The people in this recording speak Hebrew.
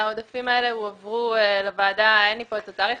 העודפים האלה הועברו לוועדה אין לי כאן את התאריך